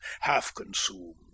half-consumed